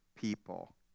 people